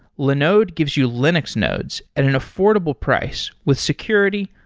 linode gives you linux nodes at an affordable price with security,